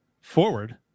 forward